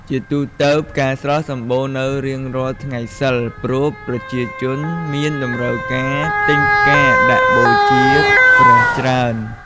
ជាទូទៅ ផ្កាស្រស់សម្បូរនៅរៀងរាល់ថ្ងៃសីល ព្រោះប្រជាជនមានតម្រូវការទិញផ្កាដាក់បូជាព្រះច្រើន។